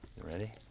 you ready?